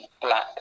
black